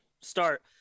start